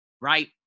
right